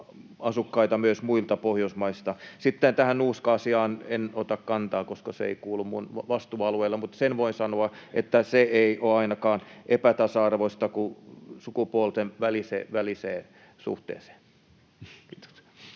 asukkaita myös muista Pohjoismaista. Tähän nuuska-asiaan en ota kantaa, koska se ei kuulu minun vastuualueelleni, mutta sen voin sanoa, että ainakaan se ei ole epätasa-arvoista sukupuolten välisessä suhteessa. [Juha